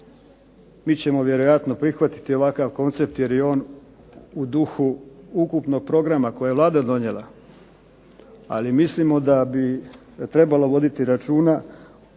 mi ćemo vjerojatno prihvatiti ovakav koncept jer je on u duhu ukupnog programa koje je Vlada donijela ali mislimo da bi trebalo voditi računa